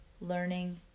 learning